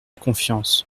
confiance